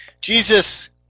Jesus